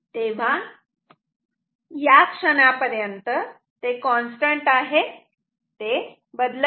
तेव्हा या क्षणापर्यंत ते कॉन्स्टंट आहे ते बदलत नाही